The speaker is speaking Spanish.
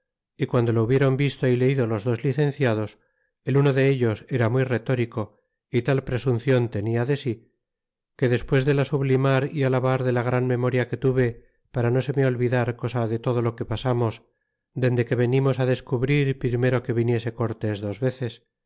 y guando lo hubiéron visto y leido los dos licenciados el uno de ellos era muy retórico y tal presuncion tenia de si que despues de la sublimar y alabar de la gran memoria que tuve para no se me olvidar cosa de todo lo que pasamos dende que venimos descubrir primero que viniese cortés dos veces